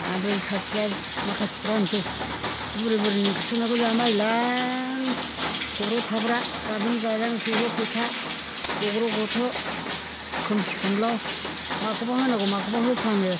ओमफ्राय सासेया माखासेफ्रा होननोसै बुरै बुरैनि ओंख्रि संनायखौ जानो बायोलां थब्र' थब्रा गारलुं गारलां फेग' फेथा गग्र' गथ' खोमसि खोमलाव माखौबा होनांगौ माखौबा होफ्राङो